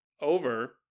over